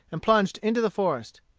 and plunged into the forest.